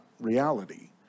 reality